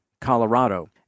Colorado